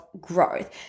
growth